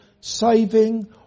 saving